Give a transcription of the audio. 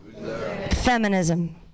Feminism